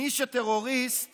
מי שטרוריסט